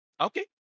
Okay